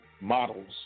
models